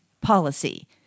policy